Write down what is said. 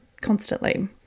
constantly